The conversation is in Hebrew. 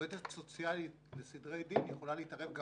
עובדת סוציאלית לסדרי דין יכולה להתערב גם